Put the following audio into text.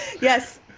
Yes